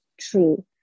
true